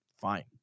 Fine